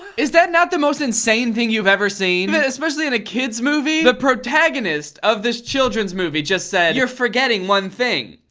is that not the most insane thing you've ever seen? especially in a kid's movie. the protagonist of this children's movie just said you're forgetting one thing.